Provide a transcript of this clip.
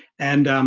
and